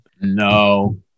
No